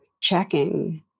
checking